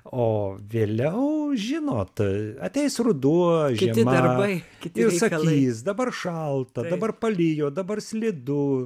o vėliau žinot ateis ruduo žiema ir sakys dabar šalta dabar palijo dabar slidu